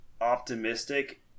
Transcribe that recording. optimistic